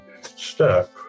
step